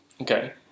Okay